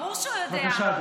ברור שהוא יודע את זה.